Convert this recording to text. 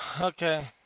Okay